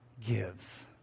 gives